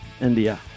India